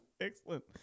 excellent